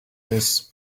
this